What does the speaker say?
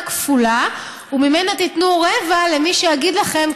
כפולה וממנה תיתנו רבע למי שאגיד לכם,